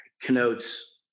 Connotes